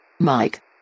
Mike